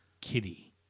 Kitty